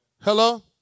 Hello